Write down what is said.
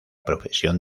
profesión